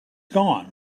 gone